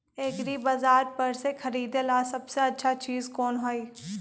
एग्रिबाजार पर से खरीदे ला सबसे अच्छा चीज कोन हई?